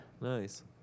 Nice